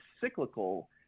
cyclical